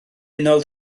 unol